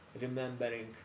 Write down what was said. remembering